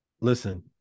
Listen